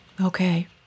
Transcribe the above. Okay